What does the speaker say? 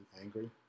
angry